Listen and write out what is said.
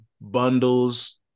bundles